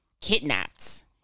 kidnapped